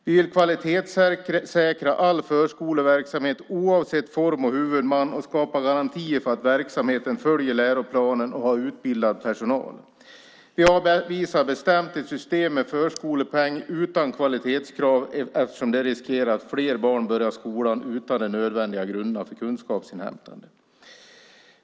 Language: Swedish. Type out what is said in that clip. Vi vill kvalitetssäkra all förskoleverksamhet, oavsett form och huvudman, och skapa garantier för att verksamheten följer läroplanen och har utbildad personal. Vi avvisar bestämt ett system med förskolepeng utan kvalitetskrav eftersom man då riskerar att fler barn börjar skolan utan de nödvändiga grunderna för kunskapsinhämtande.